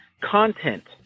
Content